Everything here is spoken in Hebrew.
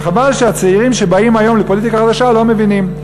חבל שהצעירים שבאים היום לפוליטיקה חדשה לא מבינים.